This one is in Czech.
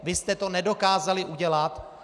Vy jste to nedokázali udělat.